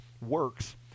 works